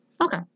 Okay